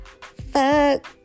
Fuck